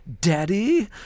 Daddy